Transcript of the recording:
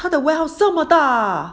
他的 warehouse 这么的啊